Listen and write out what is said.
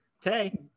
today